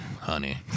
honey